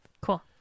Cool